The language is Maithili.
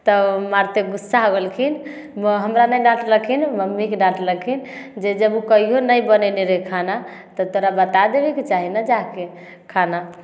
तऽ मारते गुस्सा हो गेलखिन ब हमरा नहि डाँटलखिन मम्मीके डाँटलखिन जे जब ओ कहिओ नहि बनेने रहै खाना तऽ तोरा बता देबेके चाही ने जाके खाना